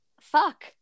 fuck